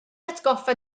atgoffa